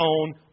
own